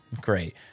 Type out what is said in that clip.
Great